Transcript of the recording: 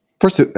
First